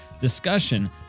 discussion